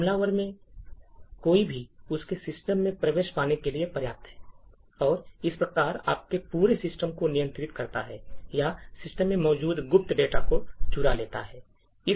हमलावर में से कोई भी आपके सिस्टम में प्रवेश पाने के लिए पर्याप्त है और इस प्रकार आपके पूरे सिस्टम को नियंत्रित करता है या सिस्टम में मौजूद गुप्त डेटा को चुरा लेता है